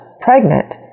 pregnant